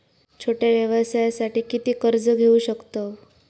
छोट्या व्यवसायासाठी किती कर्ज घेऊ शकतव?